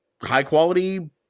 high-quality